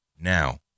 Now